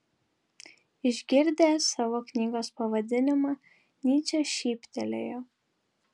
išgirdęs savo knygos pavadinimą nyčė šyptelėjo